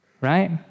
right